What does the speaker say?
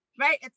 right